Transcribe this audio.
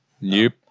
Nope